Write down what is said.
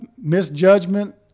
misjudgment